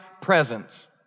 Presence